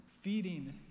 Feeding